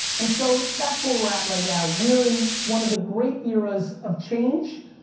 and so that's where we're at right now. we're in one of the great eras of change.